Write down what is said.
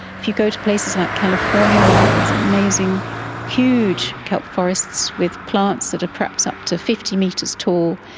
if you go to places like california we have these amazing huge kelp forests with plants that are perhaps up to fifty metres tall.